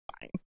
fine